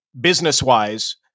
business-wise